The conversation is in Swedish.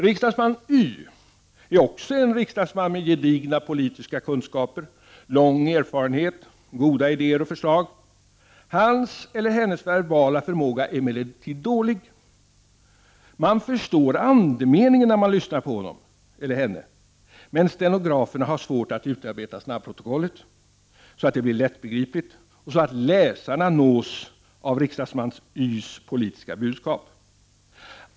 Riksdagsman Y är också en riksdagsman med gedigna politiska kunskaper, lång erfarenhet, goda idéer och förslag. Hans eller hennes verbala förmåga är emellertid dålig. Man förstår andemeningen när man lyssnar på honom eller henne, men stenograferna har svårt att utarbeta snabbprotokollet, så att det blir lättbegripligt och så att läsarna nås av riksdagsman Y':s politiska budskap.